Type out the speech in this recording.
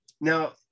Now